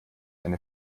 eine